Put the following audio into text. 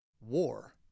War